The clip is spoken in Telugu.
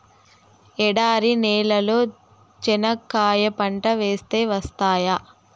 ఎడారి నేలలో చెనక్కాయ పంట వేస్తే వస్తాయా?